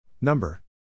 Number